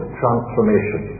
transformation